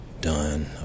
done